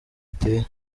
iteye